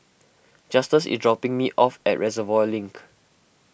Justus is dropping me off at Reservoir Link